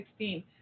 2016